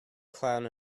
clown